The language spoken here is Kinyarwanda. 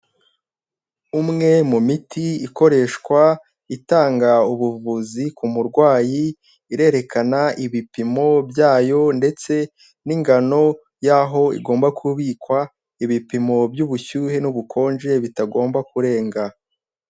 Umwe mu miti ikoreshwa itanga ubuvuzi ku murwayi irerekana ibipimo byayo ndetse n'ingano yaho igomba kubikwa, ibipimo by'ubushyuhe n'ubukonje bitagomba kurenga.